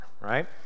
right